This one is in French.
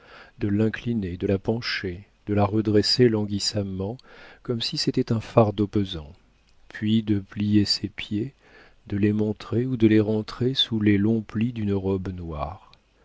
de l'incliner de la pencher de la redresser languissamment comme si c'était un fardeau pesant puis de plier ses pieds de les montrer ou de les rentrer sous les longs plis d'une robe noire